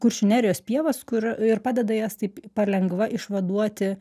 kuršių nerijos pievas kur ir padeda jas taip palengva išvaduoti